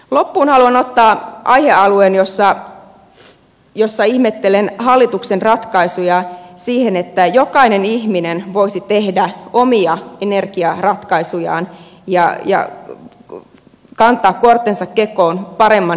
loppuun haluan ottaa aihealueen jossa ihmettelen hallituksen ratkaisuja vaikuttaa siihen että jokainen ihminen voisi tehdä omia energiaratkaisujaan ja kantaa kortensa kekoon paremman ilmastopolitiikankin eteen